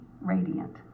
radiant